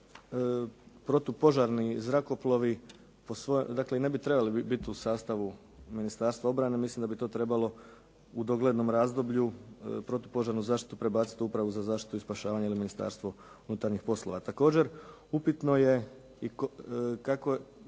protupožarni zrakoplovi dakle ne bi trebali biti u sastavu Ministarstva obrane. Mislim da bi to trebalo u doglednom razdoblju protupožarnu zaštitu prebaciti u Upravu za zaštitu i spašavanje ili Ministarstvo unutarnjih poslova. Također, upitno je i kakva